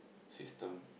system